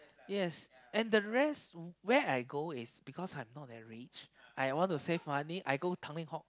yes and the rest where I go is because I'm not that rich I want to save money I go Tanglin Halt